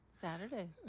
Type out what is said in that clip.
saturday